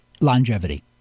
longevity